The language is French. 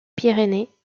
pyrénées